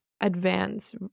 advance